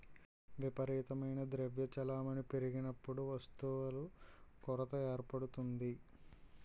విపరీతమైన ద్రవ్య చలామణి పెరిగినప్పుడు వస్తువుల కొరత ఏర్పడుతుంది